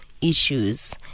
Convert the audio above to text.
issues